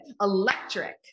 electric